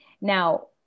now